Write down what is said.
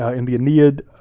and the aeneid,